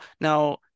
now